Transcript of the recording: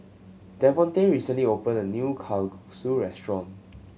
Devontae recently opened a new Kalguksu restaurant